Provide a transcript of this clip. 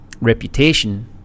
reputation